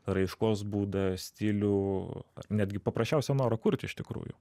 raiškos būdą stilių netgi paprasčiausio noro kurti iš tikrųjų